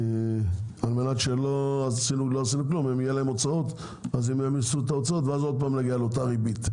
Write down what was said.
אם יהיו להם הוצאות אז אם הם יישאו בהוצאות נגיע עוד פעם לאותה ריבית.